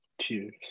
Cheers